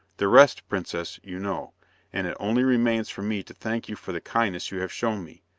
the rest, princess, you know and it only remains for me to thank you for the kindness you have shown me,